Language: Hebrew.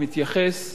למקרה הזה.